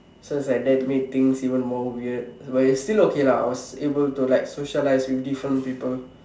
so was like that made things even more weird but it's still okay lah I was still able to like socialise with different people